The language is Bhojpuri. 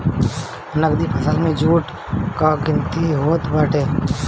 नगदी फसल में जुट कअ गिनती होत बाटे